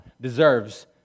deserves